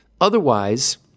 Otherwise